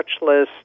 touchless